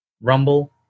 rumble